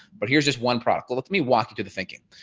but here's just one product. let me walk you to the thinking.